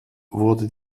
wurde